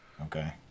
Okay